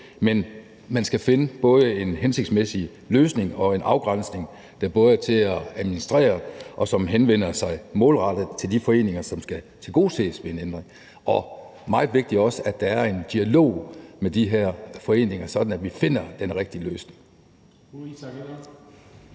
men hvor man finder både en hensigtsmæssig løsning og en afgrænsning, der både er til at administrere, og som henvender sig målrettet til de foreninger, som skal tilgodeses ved en ændring. Det er også meget vigtigt, at der er en dialog med de her foreninger, sådan at vi finder den rigtige løsning.